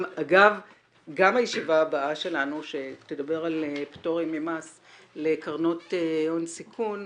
גם הישיבה הבאה שלנו שתדבר על פטורים ממס לקרנות הון סיכון,